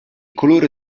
colore